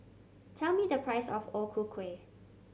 tell me the price of O Ku Kueh